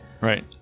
right